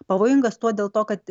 pavojingas tuo dėl to kad